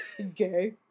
Okay